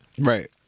Right